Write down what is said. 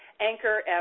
Anchor